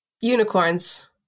Unicorns